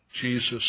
Jesus